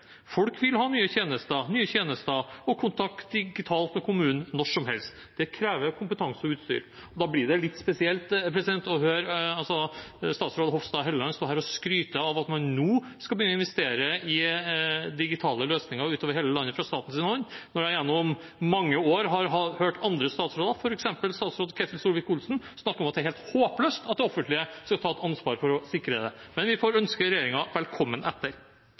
Folk vil ha nye tjenester og digital kontakt med kommunen når som helst. Det krever kompetanse og utstyr. Da blir det litt spesielt å høre statsråd Hofstad Helleland stå her og skryte av at man nå skal begynne å investere i digitale løsninger utover hele landet fra statens hånd, når vi gjennom mange år har hørt andre statsråder, f.eks. statsråd Ketil Solvik-Olsen, snakke om at det er helt håpløst at det offentlige skal ta ansvar for å sikre det. Men vi får ønske regjeringen velkommen etter.